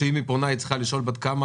שאם היא פונה היא צריכה לשאול בת כמה